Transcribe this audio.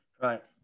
Right